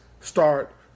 start